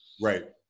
Right